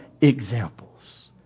examples